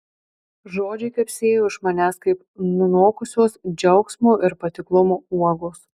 žodžiai kapsėjo iš manęs kaip nunokusios džiaugsmo ir patiklumo uogos